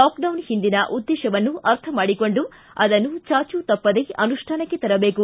lockdown ಹಿಂದಿನ ಉದ್ದೇಶವನ್ನು ಅರ್ಥ ಮಾಡಿಕೊಂಡು ಅದನ್ನು ಚಾಚು ತಪ್ಪದೇ ಅನುಷ್ಠಾನಕ್ಕೆ ತರಬೇಕು